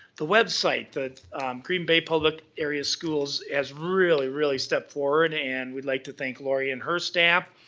the website, the green bay public area schools, has really really stepped forward and we'd like to thank laurie and her staff,